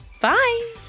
Bye